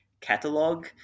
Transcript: catalog